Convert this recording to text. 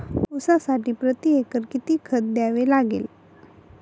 ऊसासाठी प्रतिएकर किती खत द्यावे लागेल?